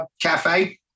Cafe